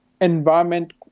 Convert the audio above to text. environment